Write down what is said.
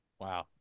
Wow